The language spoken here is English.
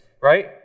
right